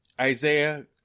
Isaiah